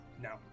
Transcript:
No